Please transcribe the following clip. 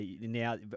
now